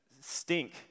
stink